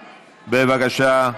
בבקשה.